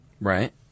Right